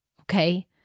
Okay